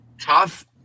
tough